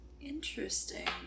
interesting